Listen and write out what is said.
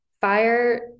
fire